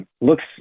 looks